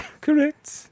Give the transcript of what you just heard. Correct